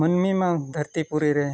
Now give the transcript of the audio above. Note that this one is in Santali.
ᱢᱟᱱᱢᱤᱢᱟ ᱫᱷᱟᱨᱛᱤ ᱯᱩᱨᱤᱨᱮ